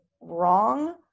wrong